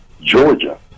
Georgia